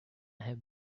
have